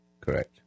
Correct